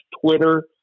Twitter